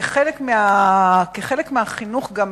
כחלק מהחינוך גם